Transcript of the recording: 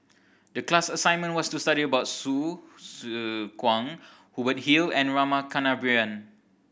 the class assignment was to study about Hsu Tse Kwang Hubert Hill and Rama Kannabiran